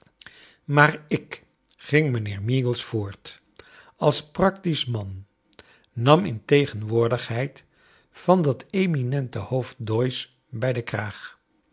maar ik ging mijnheer meagles voort als jiractisch man nam in tcgenwoordigheid van dat eminente hoofd doyce bij den kraag